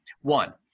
One